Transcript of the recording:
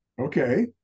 Okay